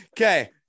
Okay